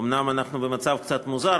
אומנם אנחנו במצב קצת מוזר,